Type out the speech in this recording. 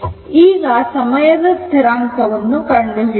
ಈಗ ಸಮಯ ಸ್ಥಿರಾಂಕ ವನ್ನು ಕಂಡುಹಿಡಿಯೋಣ